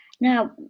Now